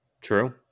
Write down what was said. True